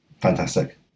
fantastic